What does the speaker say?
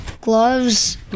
gloves